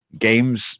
games